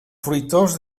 fruitós